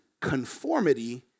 conformity